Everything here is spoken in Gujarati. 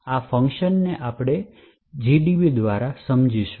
આ ફંકશનને આપણે GDB દ્વારા સમજીશું